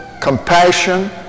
compassion